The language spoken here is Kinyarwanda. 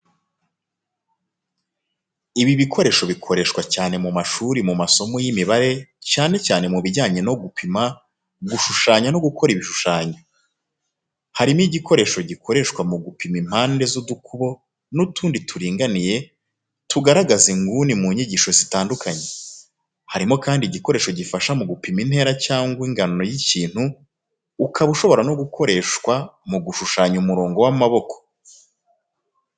Ibi bikoresho bikoreshwa cyane mu mashuri mu masomo y'imibare cyane cyane mu bijyanye no gupima, gushushanya no gukora ibishushanyo. Harimo igikoresho gikoreshwa mu gupima impande z’udukubo n’utundi turinganiye tugaragaza inguni mu nyigisho zitandukanye. Harimo kandi igikoresho gifasha mu gupima intera cyangwa ingano y'ikintu, ukaba ushobora no gukoreshwa mu gushushanya umurongo w’amaboko.